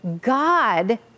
God